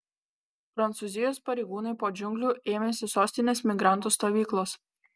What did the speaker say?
prancūzijos pareigūnai po džiunglių ėmėsi sostinės migrantų stovyklos